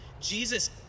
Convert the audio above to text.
Jesus